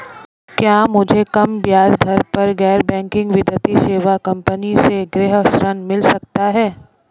क्या मुझे कम ब्याज दर पर गैर बैंकिंग वित्तीय सेवा कंपनी से गृह ऋण मिल सकता है?